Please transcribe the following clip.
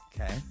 okay